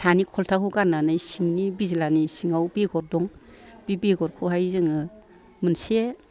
सानि खलथाखौ गारनानै सिंनि बिज्लानि सिङाव बेगर दं बे बेगरखौहाय जोङो मोनसे